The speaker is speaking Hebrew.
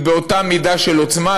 ובאותה מידה של עוצמה,